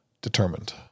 determined